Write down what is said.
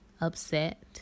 upset